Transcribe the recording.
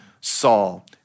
Saul